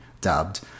dubbed